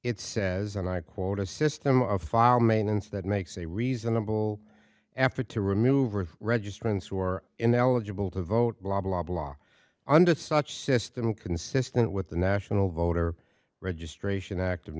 it says and i quote a system of file maintenance that makes a reasonable effort to remove or registrants who are in the eligible to vote blah blah blah under such system consistent with the national voter registration act of